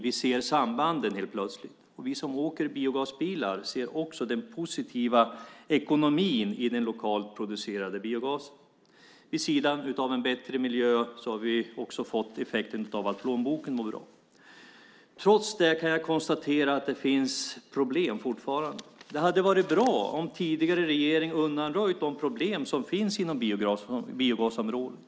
Vi ser sambanden helt plötsligt. Vi som åker i biogasbilar ser också den positiva ekonomin i den lokalt producerade biogasen. Vid sidan av en bättre miljö har vi även fått den effekten att plånboken mår bra. Trots det kan jag konstatera att det fortfarande finns problem. Det hade varit bra om den tidigare regeringen hade undanröjt de problem som finns på biogasområdet.